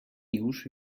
nieuws